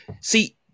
see